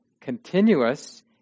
continuous